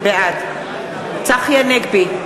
בעד צחי הנגבי,